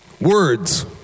Words